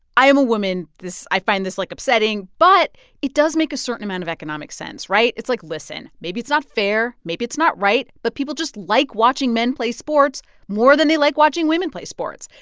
i am a woman. this i find this, like, upsetting. but it does make a certain amount of economic sense right? it's like, listen maybe it's not fair. maybe it's not right. but people just like watching men play sports more than they like watching women play sports.